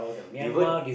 even